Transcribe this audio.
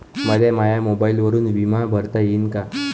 मले माया मोबाईलवरून बिमा भरता येईन का?